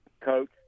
Coach